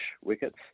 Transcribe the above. wickets